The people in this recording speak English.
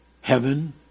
heaven